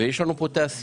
יש לנו פה תעשייה.